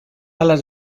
alas